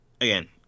again